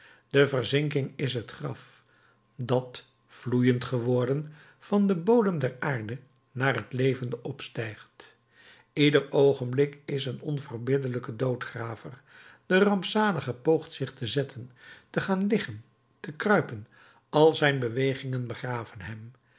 de verzinking is het graf dat vloeiend geworden van den bodem der aarde naar een levende opstijgt ieder oogenblik is een onverbiddelijke doodgraver de rampzalige poogt zich te zetten te gaan liggen te kruipen al zijn bewegingen begraven hem